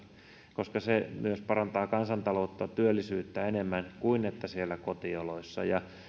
koska se myös parantaa kansantaloutta ja työllisyyttä enemmän kuin siellä kotioloissa